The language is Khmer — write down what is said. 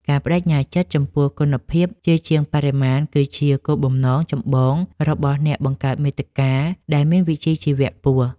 ការប្តេជ្ញាចិត្តចំពោះគុណភាពជាជាងបរិមាណ គឺជាគោលបំណងចម្បងរបស់អ្នកបង្កើតមាតិកាដែលមានវិជ្ជាជីវៈខ្ពស់។